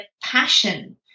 passion